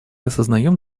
осознаем